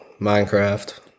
minecraft